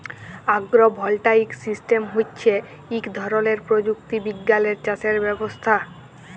আগ্র voltaic system হচ্যে ইক ধরলের প্রযুক্তি বিজ্ঞালের চাসের ব্যবস্থা